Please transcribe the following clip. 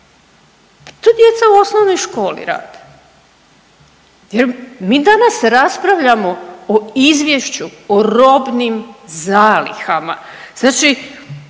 to djeca u osnovnoj školi rade. Jer mi danas raspravljamo o Izvješću o robnim zalihama. Znači